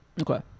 Okay